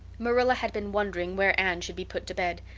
marilla had been wondering where anne should be put to bed.